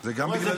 זה גם בגללי?